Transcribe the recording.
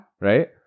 Right